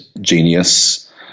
genius